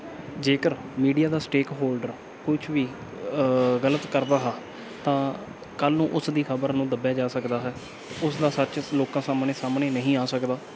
ਜੇਕਰ ਮੀਡੀਆ ਦਾ stakeholder ਕੁਝ ਵੀ ਗਲਤ ਕਰਦਾ ਹੈ ਤਾਂ ਕੱਲ ਨੂੰ ਉਸ ਦੀ ਖਬਰ ਨੂੰ ਦੱਬਿਆ ਜਾ ਸਕਦਾ ਹੈ ਉਸ ਦਾ ਸੱਚ ਲੋਕਾਂ ਸਾਹਮਣੇ ਸਾਹਮਣੇ ਨਹੀਂ ਆ ਸਕਦਾ